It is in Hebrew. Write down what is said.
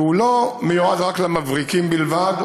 שהוא לא מיועד למבריקים בלבד,